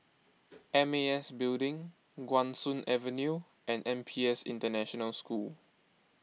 M A S Building Guan Soon Avenue and N P S International School